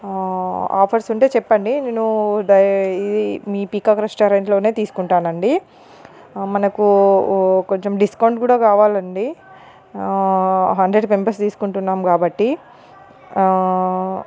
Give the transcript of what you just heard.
offers ఉంటే చెప్పండి నేను డై ఇదీ మీ పికాక్ రెస్టారెంట్లోనే తీసుకుంటానండి మనకు కొంచెం డిస్కౌంట్ కూడా కావలండి హండ్రెడ్ మెంబర్స్ తీసుకుంటున్నాం కాబట్టి